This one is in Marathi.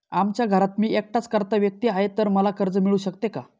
आमच्या घरात मी एकटाच कर्ता व्यक्ती आहे, तर मला कर्ज मिळू शकते का?